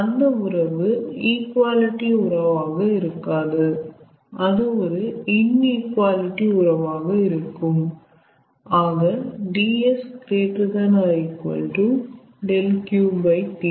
அந்த உறவு ஈகுவாலிட்டி உறவாக இருக்காது அது ஒரு இன்ஈகுவாலிட்டி உறவாக இருக்கும் ஆக 𝑑𝑆 ≥ 𝛿𝑄T